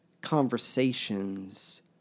conversations